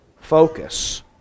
focus